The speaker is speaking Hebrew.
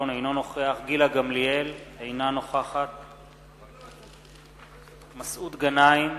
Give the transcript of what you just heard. אינו נוכח גילה גמליאל, אינה נוכחת מסעוד גנאים,